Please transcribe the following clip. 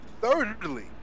Thirdly